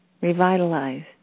revitalized